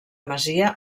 masia